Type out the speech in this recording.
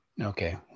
Okay